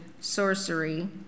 sorcery